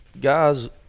guys